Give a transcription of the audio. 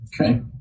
Okay